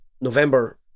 November